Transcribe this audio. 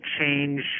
change